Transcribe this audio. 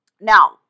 Now